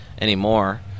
anymore